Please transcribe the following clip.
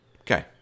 Okay